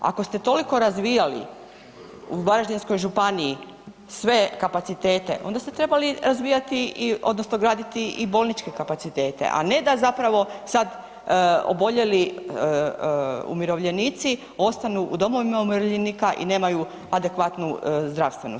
Ako ste toliko razvijali u Varaždinskoj županiji sve kapacitete onda ste trebali razvijati odnosno graditi i bolničke kapacitete, a ne da zapravo sad oboljeli umirovljenici ostanu u domovima umirovljenika i nemaju adekvatnu zdravstvenu skrb.